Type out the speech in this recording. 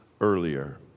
earlier